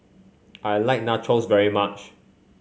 I like Nachos very much